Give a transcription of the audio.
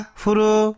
furu